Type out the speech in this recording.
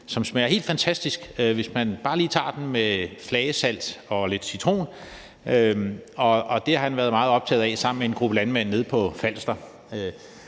som smager helt fantastisk, hvis man bare lige tager den med flagesalt og lidt citron, og det har han været meget optaget af sammen med en gruppe landmænd nede på Falster.